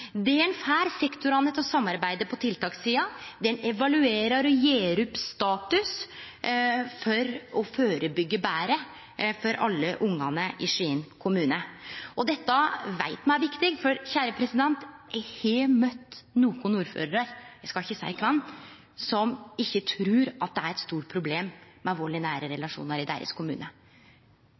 Det får sektorane til å samarbeide på tiltakssida. Den evaluerer og gjer opp status for å førebyggje betre for alle ungane i Skien kommune. Og dette veit me er viktig, for eg har møtt nokon ordførarar – eg skal ikkje si kven – som ikkje trur at det er eit stort problem med vald i nære relasjonar i deira kommune.